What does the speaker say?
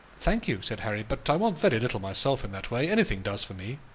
thank you, said harry, but i want very little myself in that way. anything does for me.